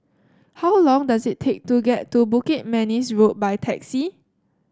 how long does it take to get to Bukit Manis Road by taxi